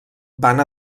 van